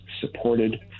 supported